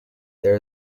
there